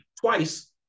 twice